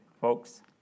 folks